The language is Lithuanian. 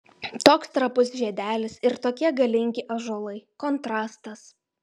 toks trapus žiedelis ir tokie galingi ąžuolai kontrastas